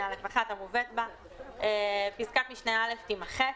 (א)(1) המובאת בה- (א) פסקת משנה (א) תימחק,